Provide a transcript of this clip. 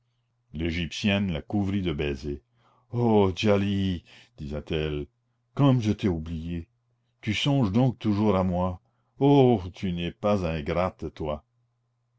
l'égyptienne la couvrit de baisers oh djali disait-elle comme je t'ai oubliée tu songes donc toujours à moi oh tu n'es pas ingrate toi